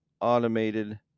automated